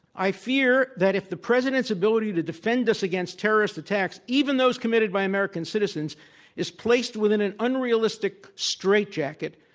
i fear that if the president's ability to defend us against terrorist attacks, even those committed by american citizens is placed within an unrealistic straight jacket,